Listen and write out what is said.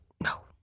No